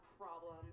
problem